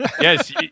Yes